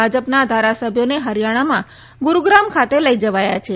ભાજપના ધારાસભ્યોને હરિયાણામાં ગુરૂગ્રામ ખાતે લઈ જવાયા છે